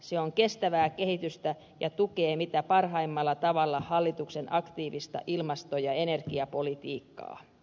se on kestävää kehitystä ja tukee mitä parhaimmalla tavalla hallituksen aktiivista ilmasto ja energiapolitiikkaa